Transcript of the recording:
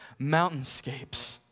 mountainscapes